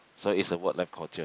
so is the work life culture